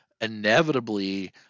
inevitably